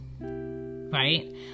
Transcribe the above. right